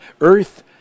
earth